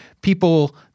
people